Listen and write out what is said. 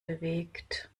bewegt